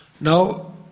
Now